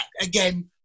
again